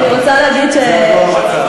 אני רוצה להגיד, זה עוד לא המצב.